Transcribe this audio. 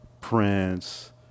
Prince